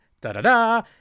da-da-da